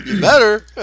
Better